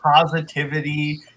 positivity